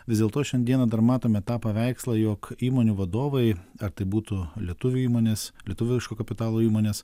vis dėlto šiandieną dar matome tą paveikslą jog įmonių vadovai ar tai būtų lietuvių įmonės lietuviško kapitalo įmonės